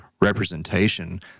representation